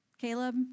Caleb